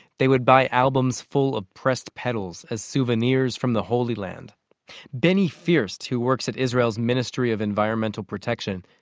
they would buy albums full of pressed petals as souvenirs from the holy land benny first, who works at israel's israel's ministry of environmental protection,